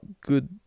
good